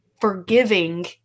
forgiving